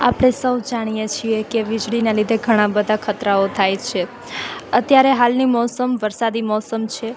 આપણે સૌ જાણીએ છીએ કે વીજળીનાં લીધે ઘણા બધા ખતરાઓ થાય છે અત્યારે હાલની મોસમ વરસાદી મોસમ છે